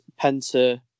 Penta